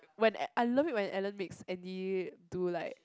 when uh I love it when Ellen makes Andy do like